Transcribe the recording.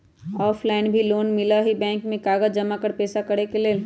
Offline भी loan मिलहई bank में कागज जमाकर पेशा करेके लेल?